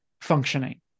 functioning